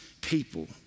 people